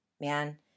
man